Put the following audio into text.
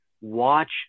watch